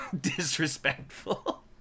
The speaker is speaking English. disrespectful